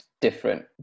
different